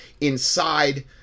inside